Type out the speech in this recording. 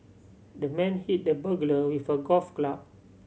the man hit the burglar with a golf club